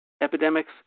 epidemics